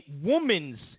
woman's